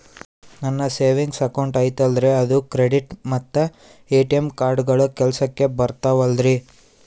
ನನ್ನ savings account ಐತಲ್ರೇ ಅದು ಕ್ರೆಡಿಟ್ ಮತ್ತ ಎ.ಟಿ.ಎಂ ಕಾರ್ಡುಗಳು ಕೆಲಸಕ್ಕೆ ಬರುತ್ತಾವಲ್ರಿ?